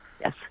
Yes